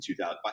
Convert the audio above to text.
2000